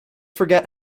forget